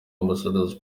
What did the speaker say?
ambassador’s